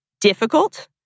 difficult